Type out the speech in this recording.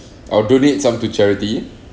I'll donate some to charity